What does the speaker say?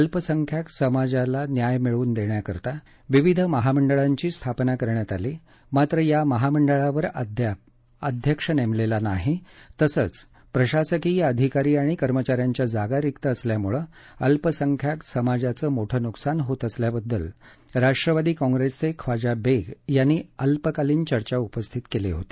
अल्पसंख्याक समाजाला न्याय मिळवून देण्याकरिता विविध महामंडळांची स्थापना करण्यात आली मात्र या महामंडळांवर अद्याप अध्यक्ष नेमलेला नाही तसंच प्रशासकीय अधिकारी आणि कर्मचाऱ्यांच्या जागा रिक्त असल्यामुळे अल्पसंख्याक समाजाचं मोठं नुकसान होत असल्याबाबत राष्ट्रवादी काँग्रेसचे ख्वाजा बेग यांनी अल्पकालीन चर्चा उपस्थित केली होती